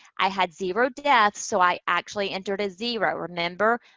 i had zero deaths, so i actually entered a zero. remember,